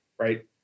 right